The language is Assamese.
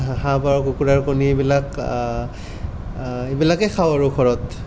হা হাঁহ পাৰৰ কুকুৰাৰ কণী এইবিলাক এইবিলাকে খাওঁ আৰু ঘৰত